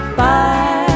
bye